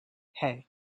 hey